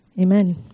Amen